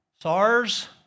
SARS